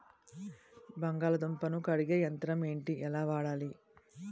బంగాళదుంప ను కడిగే యంత్రం ఏంటి? ఎలా వాడాలి?